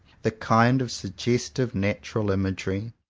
the kind of suggestive natural imagery,